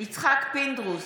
יצחק פינדרוס,